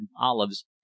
olives